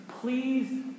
please